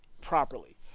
properly